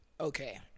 okay